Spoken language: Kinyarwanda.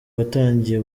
watangiye